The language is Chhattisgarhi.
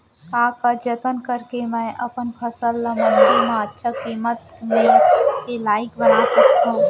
का का जतन करके मैं अपन फसल ला मण्डी मा अच्छा किम्मत के लाइक बना सकत हव?